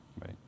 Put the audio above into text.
right